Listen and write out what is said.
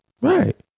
Right